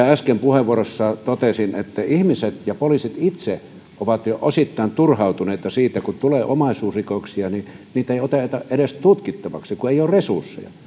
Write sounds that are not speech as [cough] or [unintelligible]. [unintelligible] äsken puheenvuorossani totesin ihmiset ja poliisit itse ovat jo osittain turhautuneita siitä että kun tulee omaisuusrikoksia niin niitä ei oteta edes tutkittavaksi kun ei ole resursseja